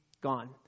Gone